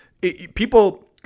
people